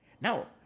Now